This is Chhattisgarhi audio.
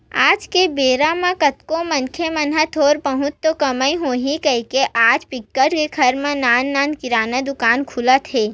आज के बेरा म कतको मनखे मन ह थोर बहुत तो कमई होही कहिके आज बिकट के घर म नान नान किराना दुकान खुलत हे